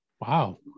Wow